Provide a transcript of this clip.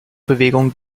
bewegung